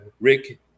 Rick